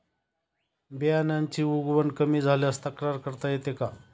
बियाण्यांची उगवण कमी झाल्यास तक्रार करता येते का?